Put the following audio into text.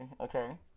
Okay